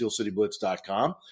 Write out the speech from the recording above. steelcityblitz.com